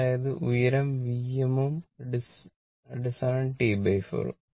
അതായതു ഉയരം Vm ഉം അടിസ്ഥാനം T4 ഉം